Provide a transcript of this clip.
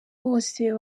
bose